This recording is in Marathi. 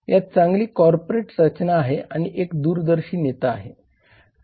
यात चांगली कॉर्पोरेट रचना आहे आणि एक दूरदर्शी नेता आहे